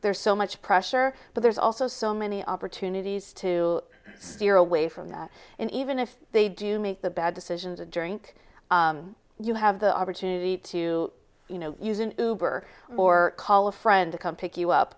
there's so much pressure but there's also so many opportunities to steer away from that and even if they do make the bad decisions a drink you have the opportunity to you know use an hour or call a friend to come pick you